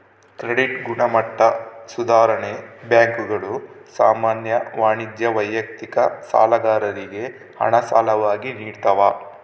credit ಗುಣಮಟ್ಟ ಸುಧಾರಣೆ ಬ್ಯಾಂಕುಗಳು ಸಾಮಾನ್ಯ ವಾಣಿಜ್ಯ ವೈಯಕ್ತಿಕ ಸಾಲಗಾರರಿಗೆ ಹಣ ಸಾಲವಾಗಿ ನಿಡ್ತವ